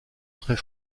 très